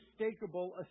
unmistakable